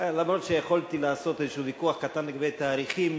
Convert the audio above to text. אף שיכולתי לעשות איזה ויכוח קטן לגבי התאריכים,